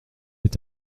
est